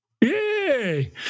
Yay